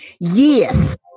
Yes